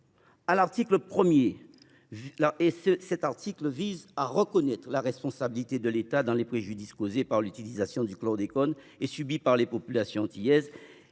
L’article 1 vise ainsi à reconnaître la responsabilité de l’État pour les préjudices causés par l’utilisation du chlordécone et subis par les populations antillaises